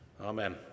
Amen